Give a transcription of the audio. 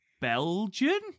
Belgian